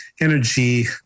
energy